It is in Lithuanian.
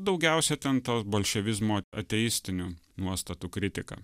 daugiausia ten tos bolševizmo ateistinių nuostatų kritika